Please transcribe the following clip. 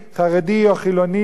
חרדי או חילוני,